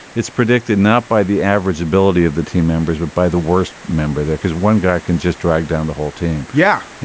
it's predicted not by the average ability of the team members, but by the worst member there, because one guy can just drag down the whole team yeah.